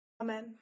Amen